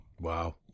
Wow